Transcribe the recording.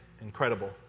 Incredible